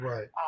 Right